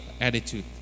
attitude